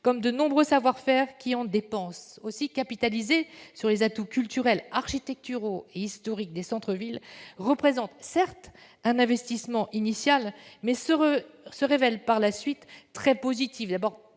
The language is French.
comme de nombreux savoir-faire qui en dépendent. Aussi, capitaliser sur les atouts culturels architecturaux et historiques des centres-villes représente, certes, un investissement initial, mais se révèle par la suite très positif,